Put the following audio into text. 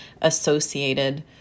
associated